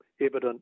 evident